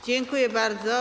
Dziękuję bardzo.